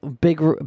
big